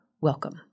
Welcome